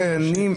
בבקשה.